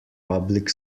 public